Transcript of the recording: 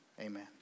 Amen